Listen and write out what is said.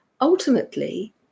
Ultimately